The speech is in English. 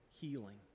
healing